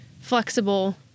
flexible